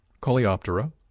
Coleoptera